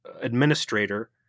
administrator